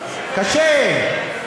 קשה.